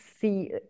see